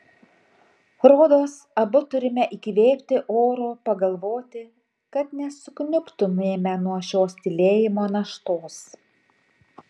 rodos abu turime įkvėpti oro pagalvoti kad nesukniubtumėme nuo šios tylėjimo naštos